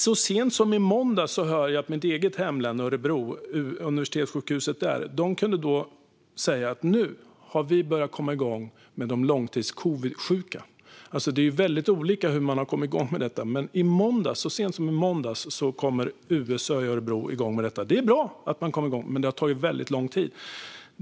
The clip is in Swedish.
Så sent som i måndags hörde jag att universitetssjukhuset i mitt eget hemlän Örebro sa att de börjat komma igång med de långtidscovidsjuka. Det är väldigt olika hur man har kommit igång med detta, men i måndags kom USÖ igång. Det är bra, men det har tagit väldigt lång tid.